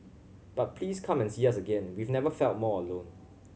but please come and see us again we've never felt more alone